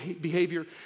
behavior